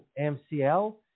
MCL